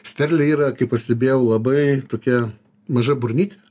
sterlė yra kaip pastebėjau labai tokia maža burnytė